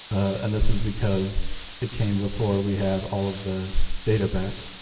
and this is because it came before we had all of the data back.